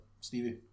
Stevie